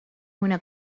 una